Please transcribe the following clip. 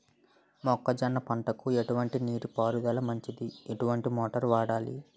మొక్కజొన్న పంటకు ఎటువంటి నీటి పారుదల మంచిది? ఎటువంటి మోటార్ వాడాలి?